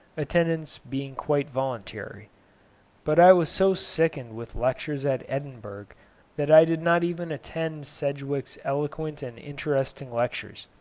attendance being quite voluntary but i was so sickened with lectures at edinburgh that i did not even attend sedgwick's eloquent and interesting lectures.